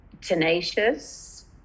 tenacious